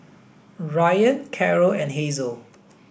Ryann Caro and Hazel